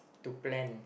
to plan